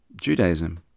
Judaism